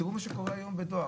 תראו מה שקורה היום בדואר,